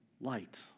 Light